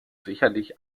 sicherlich